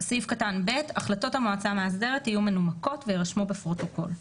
(ב)"החלטות המועצה המאסדרת יהיו מנומקות ויירשמו בפרוטוקול".